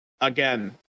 again